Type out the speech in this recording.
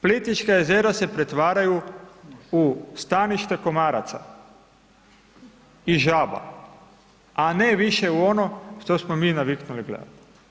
Plitvička jezera se pretvaraju u staništa komaraca i žaba a ne više u ono što smo mi naviknuli gledat.